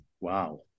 Wow